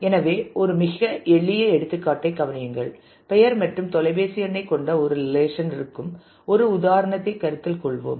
எனவே ஒரு மிக எளிய எடுத்துக்காட்டைக் கவனியுங்கள் பெயர் மற்றும் தொலைபேசி எண்ணைக் கொண்ட ஒரு ரிலேஷன் இருக்கும் ஒரு உதாரணத்தைக் கருத்தில் கொள்வோம்